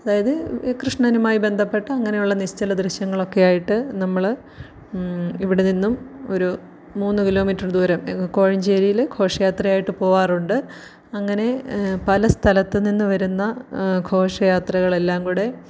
അതായത് കൃഷ്ണനുമായി ബന്ധപ്പെട്ട അങ്ങനെയുള്ള നിശ്ചല ദൃശ്യങ്ങളൊക്കെയായിട്ട് നമ്മള് ഇവിടെ നിന്നും ഒരു മൂന്നു കിലോമീറ്റർ ദൂരം അങ്ങ് കോഴഞ്ചേരിയില് ഘോഷയാത്രയായിട്ട് പോകാറുണ്ട് അങ്ങനെ പല സ്ഥലത്തു നിന്ന് വരുന്ന ഘോഷയാത്രകൾ എല്ലാം കൂടെ